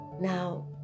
Now